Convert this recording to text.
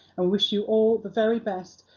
wish you all the very best.